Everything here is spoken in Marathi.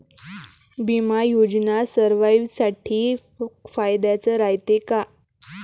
बिमा योजना सर्वाईसाठी फायद्याचं रायते का?